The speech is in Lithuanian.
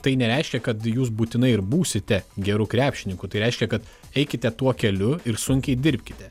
tai nereiškia kad jūs būtinai ir būsite geru krepšininku tai reiškia kad eikite tuo keliu ir sunkiai dirbkite